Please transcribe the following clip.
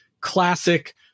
classic